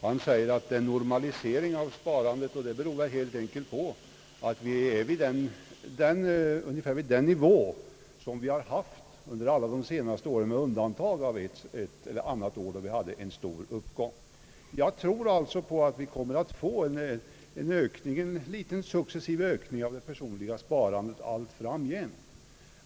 Han säger att det skett en normalisering av sparandet som helt enkelt beror på att vi nu befinner oss på ungefär den nivå som vi har haft under de allra senaste åren, med undantag för ett eller annat år då vi vi har haft en stor uppgång. Jag tror att vi kommer att få en mindre successiv ökning av det personliga sparandet allt framgent.